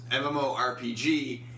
MMORPG